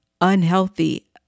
unhealthy